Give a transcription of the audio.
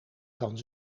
kan